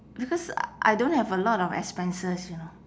because I don't have a lot of expenses you know